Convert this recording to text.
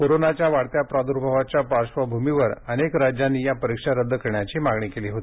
कोरोनाच्या वाढत्या प्रादुर्भावाच्या पार्श्वभूमीवर अनेक राज्यांनी या परीक्षा रद्द करण्याची मागणी केली होती